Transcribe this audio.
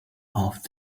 off